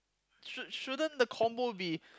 should shouldn't the combo be